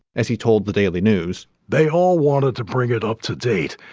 as he told the daily news, they all wanted to bring it up to date,